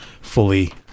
fully